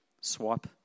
swipe